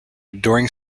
during